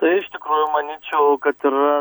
tai iš tikrųjų manyčiau kad yra